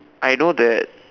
I know that